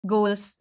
Goals